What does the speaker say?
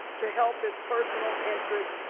to help his personal interests,